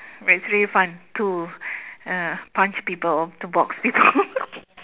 but it's really fun to uh punch people to box people